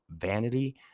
vanity